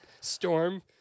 storm